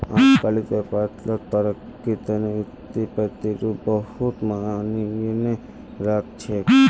अजकालित व्यापारत तरक्कीर तने वित्तीय प्रतिरूप बहुत मायने राख छेक